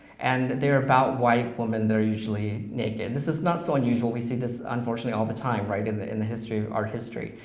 and they are about white women, they are usually naked. this is not so unusual, we see this, unfortunately, all the time in the in the history of art history.